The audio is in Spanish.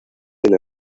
del